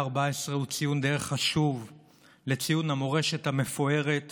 בציון המורשת המפוארת